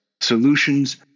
solutions